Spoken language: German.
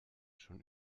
schon